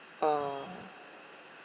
uh